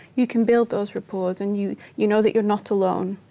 you can build those rapports and you you know that you're not alone.